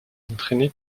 entrainé